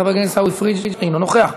חבר הכנסת עיסאווי פריג' אינו נוכח.